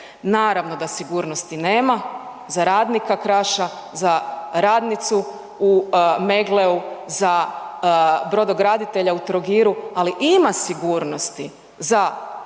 Naravno da sigurnosti nema za radnika Kraša, za radnicu u Meggleu, za brodograditelja u Trogiru ali ima sigurnosti za